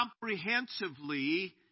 comprehensively